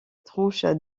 tranche